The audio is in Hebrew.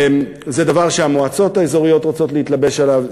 וזה דבר שהמועצות האזוריות רוצות להתלבש עליו.